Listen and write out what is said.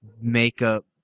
makeup